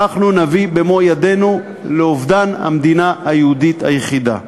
אנחנו נביא במו ידינו לאובדן המדינה היהודית היחידה.